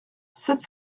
sept